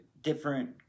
different